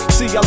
See